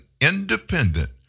independent